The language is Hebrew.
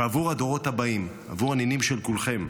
עבור הדורות הבאים, עבור הנינים של כולכם,